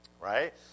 right